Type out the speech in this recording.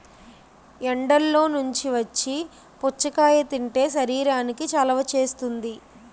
ఎండల్లో నుంచి వచ్చి పుచ్చకాయ తింటే శరీరానికి చలవ చేస్తుంది